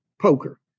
poker